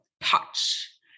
touch